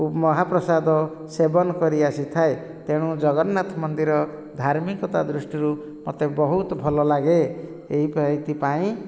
ଓ ମହାପ୍ରସାଦ ସେବନ କରି ଆସିଥାଏ ତେଣୁ ଜଗନ୍ନାଥ ମନ୍ଦିର ଧାର୍ମିକତା ଦୃଷ୍ଟିରୁ ମୋତେ ବହୁତ ଭଲଲାଗେ ଏହିପେ ଏହିଥିପାଇଁ